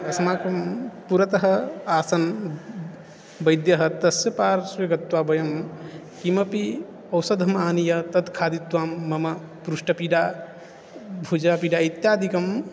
अस्मान् पुरतः आसन् वैद्यः तस्य पार्श्वे गत्वा वयं किमपि औषधम् आनीय तत् खादित्वा मम पृष्ठपीडा भुजपीडा इत्यादिकं